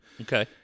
okay